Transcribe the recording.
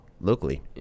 locally